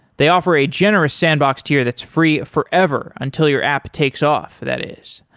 they offer a generous sandbox to you that's free forever until your app takes off, that is.